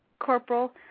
Corporal